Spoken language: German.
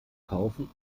kaufen